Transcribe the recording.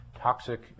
toxic